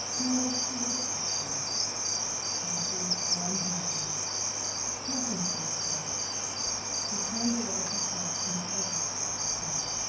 nor what she wished to see happy or unhappy nothing pleased her she turned away her head from every sketch of him.